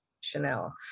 Chanel